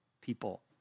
people